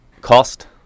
cost